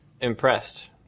impressed